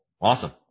Awesome